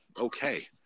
okay